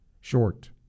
short